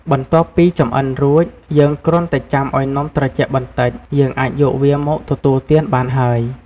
បន្ទាប់ពីចម្អិនរួច យើងគ្រាន់តែចាំឱ្យនំត្រជាក់បន្តិច យើងអាចយកវាមកទទួលទានបានហើយ។